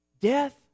Death